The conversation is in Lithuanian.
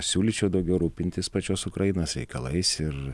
siūlyčiau daugiau rūpintis pačios ukrainos reikalais ir